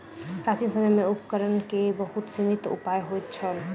प्राचीन समय में उपकरण के बहुत सीमित उपाय होइत छल